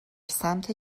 سمت